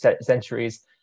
centuries